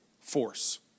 force